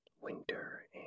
winter